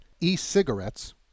e-cigarettes